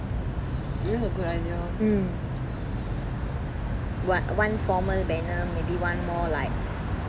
mmhmm what one former banner maybe one more like creative and ya